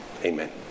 Amen